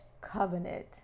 Covenant